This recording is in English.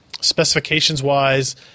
Specifications-wise